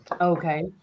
Okay